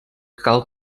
cal